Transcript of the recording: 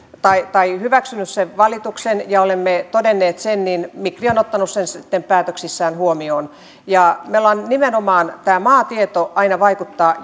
hyväksynyt sen valituksen ja olemme todenneet sen niin migri on ottanut sen sitten päätöksissään huomioon nimenomaan tämä maatieto aina vaikuttaa